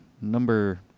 number